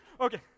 Okay